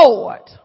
Lord